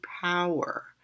power